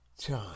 time